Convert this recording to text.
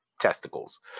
testicles